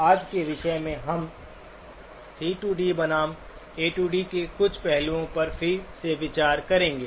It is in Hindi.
आज के विषय हैं हम सी डी C D बनाम ऐडी A D के कुछ पहलुओं पर फिर से विचार करेंगे